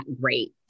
great